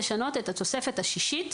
לשנות את התוספת השישית.